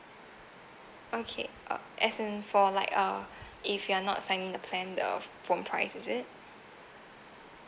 okay uh as in for like uh if you're not signing the plan the phone price is it